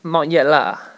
not yet lah